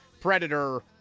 Predator